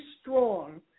strong